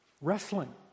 Wrestling